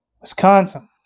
Wisconsin